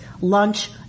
lunch